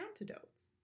antidotes